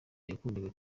yakundaga